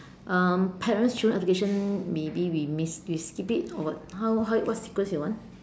um parents dreams aspiration maybe we miss we skip it or what how how what sequence you want